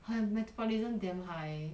her metabolism damn high